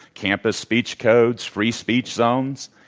campus speech codes, free speech zones.